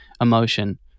emotion